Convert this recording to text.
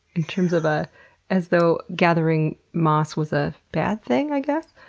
in terms of, ah as though gathering moss was a bad thing, i guess?